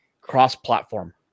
cross-platform